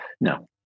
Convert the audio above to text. No